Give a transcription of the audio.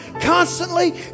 constantly